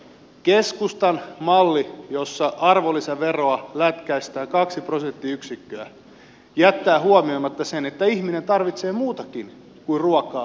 keskustan malli jossa arvonlisäveroa lätkäistään kaksi prosenttiyksikköä jättää huomioimatta sen että ihminen tarvitsee muutakin kuin ruokaa ja lääkkeitä